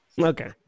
Okay